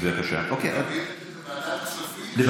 נעביר את זה לוועדת הכספים, נקיים את זה שם.